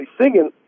Singing